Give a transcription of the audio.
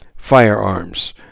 Firearms